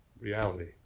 reality